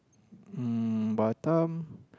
um Batam